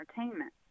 entertainment